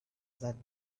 that